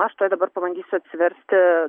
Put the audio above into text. aš tuoj dabar pabandysiu atsiversti